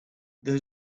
there